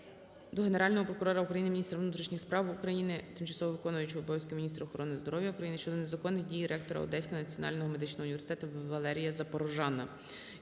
до Генерального прокурора України, міністра внутрішніх справ України, тимчасово виконуючої обов'язки міністра охорони здоров'я України щодо незаконних дій ректора Одеського національного медичного університету Валерія Запорожана.